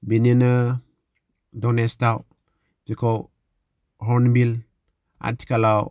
बिदिनो धनेस दाउ जेखौ हर्नबिल आथिखालाव